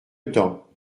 temps